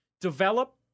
develop